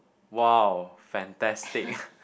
!wow! fantastic